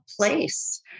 place